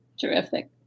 Terrific